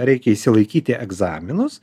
reikia išsilaikyti egzaminus